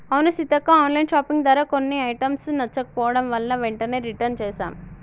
అవును సీతక్క online shopping ధర కొన్ని ఐటమ్స్ నచ్చకపోవడం వలన వెంటనే రిటన్ చేసాం